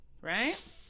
Right